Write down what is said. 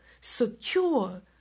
secure